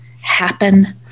happen